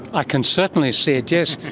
i can certainly see it, yes.